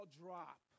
drop